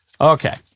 Okay